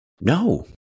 No